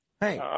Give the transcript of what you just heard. Hey